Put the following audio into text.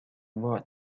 broth